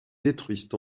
détruisent